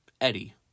Eddie